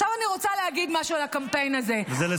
עכשיו אני רוצה להגיד משהו על הקמפיין הזה -- וזה לסיום,